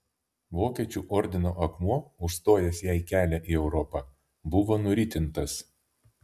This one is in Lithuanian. vokiečių ordino akmuo užstojęs jai kelią į europą buvo nuritintas